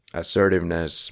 assertiveness